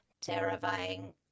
Terrifying